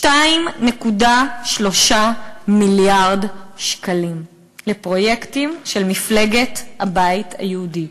ל-2.3 מיליארד שקלים לפרויקטים של מפלגת הבית היהודי.